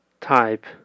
type